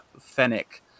Fennec